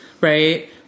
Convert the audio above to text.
right